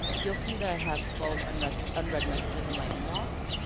you'll see that i have twelve unread and unread messages in my inbox.